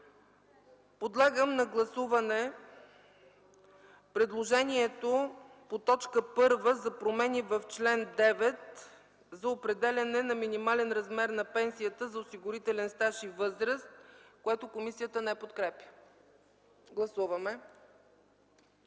Подлагам на гласуване предложението по т. 1 за промени в чл. 9 за определяне на минимален размер на пенсията за осигурителен стаж и възраст, което комисията не подкрепя. Гласували